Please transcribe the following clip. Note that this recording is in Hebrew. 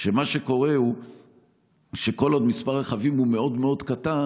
שמה שקורה הוא שכל עוד מספר הרכבים הוא מאוד מאוד קטן,